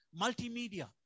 multimedia